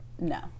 no